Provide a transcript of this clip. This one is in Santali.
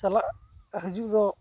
ᱪᱟᱞᱟᱜ ᱦᱤᱡᱩᱜ ᱫᱚ